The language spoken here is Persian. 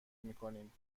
میکنیم